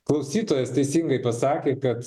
klausytojas teisingai pasakė kad